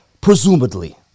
presumably